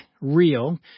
real